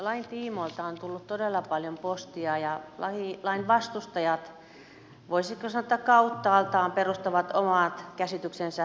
lain tiimoilta on tullut todella paljon postia ja lain vastustajat voisiko sanoa kauttaaltaan perustavat omat käsityksensä raamatun tulkintaan